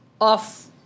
off